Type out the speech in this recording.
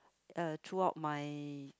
uh throughout my